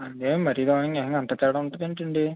అన్యాయం మరీ దారుణంగా ఏకంగా అంత తేడా ఉంటదేంటండి